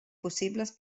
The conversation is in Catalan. possibles